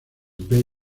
bay